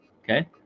Okay